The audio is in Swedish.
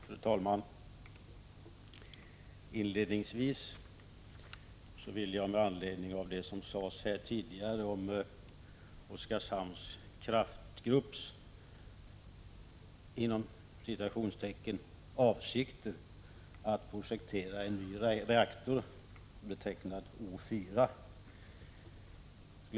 Fru talman! Inledningsvis vill jag säga följande med anledning av det som sades här tidigare om Oskarshamns Kraftgrupps ”avsikter” att projektera en ny reaktor, betecknad O4.